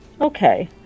Okay